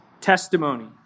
testimony